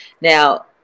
Now